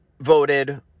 Voted